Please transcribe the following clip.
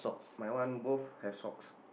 my one both have socks